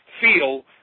feel